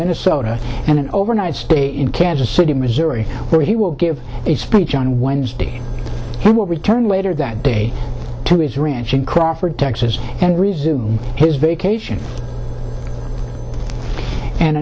minnesota and an overnight stay in kansas city missouri where he will give a speech on wednesday he will return later that day to his ranch in crawford texas and resume his vacation and